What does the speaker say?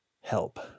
help